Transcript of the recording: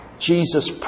Jesus